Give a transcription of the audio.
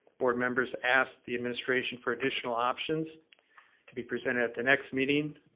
board members ask the administration for additional options to be presented at the next meeting.